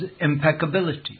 impeccability